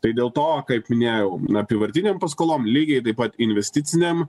tai dėl to kaip minėjau apyvartinėm paskolom lygiai taip pat investicinėm